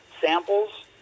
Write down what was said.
samples